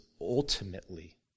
ultimately